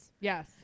yes